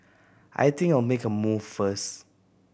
I think I'll make a move first